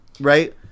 right